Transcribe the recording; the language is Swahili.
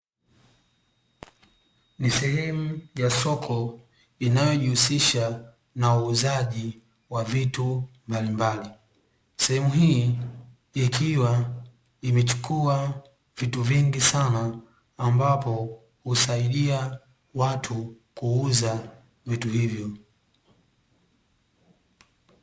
Ni sehemu ya soko inayojihusisha na uuzaji wa vitu mbalimbali; sehemu hii ikiwa imechukua vitu vingi sana ambapo husaidia watu kuuza vitu hivyo.